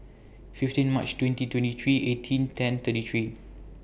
fifteen March twenty twenty three eighteen ten thirty three